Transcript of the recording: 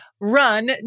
run